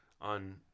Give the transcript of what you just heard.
on